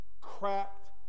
cracked